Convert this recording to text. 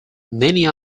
many